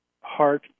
heart